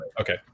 Okay